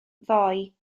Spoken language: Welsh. ddoi